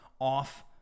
off